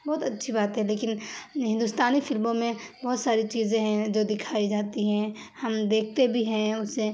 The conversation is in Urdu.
بہت اچھی بات ہے لیکن ہندوستانی فلموں میں بہت ساری چیزیں ہیں جو دکھائی جاتی ہیں ہم دیکھتے بھی ہیں اسے